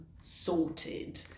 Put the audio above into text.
sorted